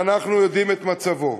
ואנחנו יודעים את מצבו.